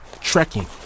trekking